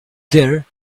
there